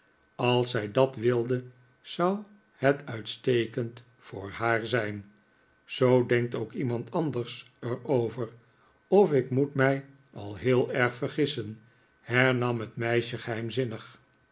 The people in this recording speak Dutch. als zij dat wilde zou het uitstekend voor haar zijn zoo denkt ook iemand anders er over of ik moet mij al heel erg vergissen hernam het meisje